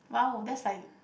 !wow! that's like